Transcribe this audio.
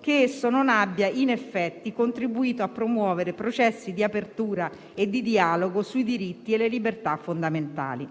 che esso non abbia in effetti contribuito a promuovere processi di apertura e di dialogo sui diritti e le libertà fondamentali.